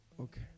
Okay